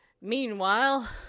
meanwhile